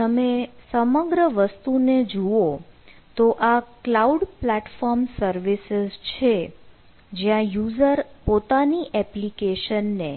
તમે સમગ્ર વસ્તુને જુઓ તો આ ક્લાઉડ પ્લેટફોર્મ સર્વિસિસ છે જ્યાં યુઝર પોતાની એપ્લિકેશન ને